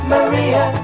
Maria